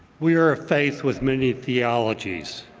we are a faith with many theologyies.